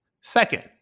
Second